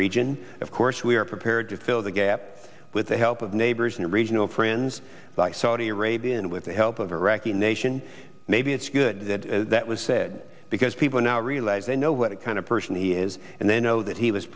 region of course we are prepared to fill the gap with the help of neighbors and regional friends like saudi arabia and with the help of iraqi nation maybe it's good that that was said because people in our realize they know what kind of person he is and they know that he was